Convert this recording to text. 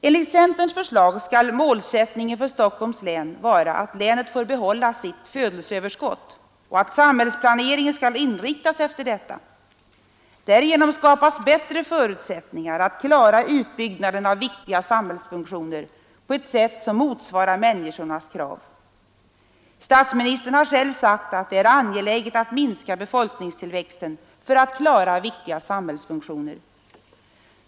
Enligt centerns förslag skall målsättningen för Stockholms län vara att länet får behålla sitt födelseöverskott och att samhällsplaneringen skall inriktas efter detta. Därigenom skapas bättre förutsättningar att klara utbyggnaden av viktiga samhällsfunktioner på ett sätt som motsvarar människornas krav. Statsministern har själv sagt att det är angeläget att minska befolkningstillväxten för att klara viktiga samhällsfunktioner.